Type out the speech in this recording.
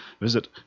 visit